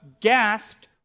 gasped